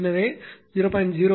எனவே சரியாக 0